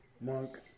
monk